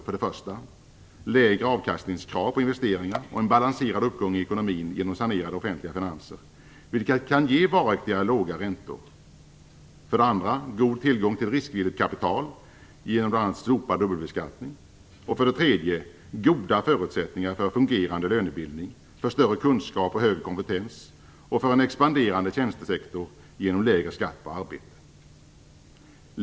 För det första: Lägre avkastningskrav på investeringar och en balanserad uppgång i ekonomin genom sanerade offentliga finanser, vilket kan ge varaktigt låga räntor. För det andra: God tillgång till riskvilligt kapital genom bl.a. slopad dubbelbeskattning. För det tredje: Goda förutsättningar för fungerande lönebildning, för större kunskap och högre kompetens och för en expanderande tjänstesektor genom lägre skatt på arbete.